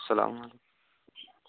سلام علیکم